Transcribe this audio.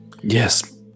yes